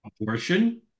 Abortion